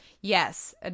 Yes